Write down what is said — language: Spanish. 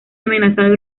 amenazado